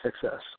success